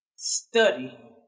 Study